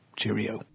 Cheerio